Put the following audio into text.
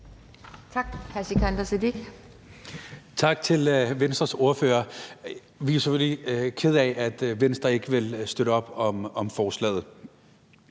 Tak til Venstres ordfører. Vi er selvfølgelig kede af, at Venstre ikke vil støtte op om forslaget.